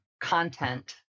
content